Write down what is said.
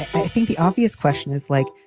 i think the obvious question is like,